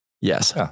Yes